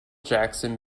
jackson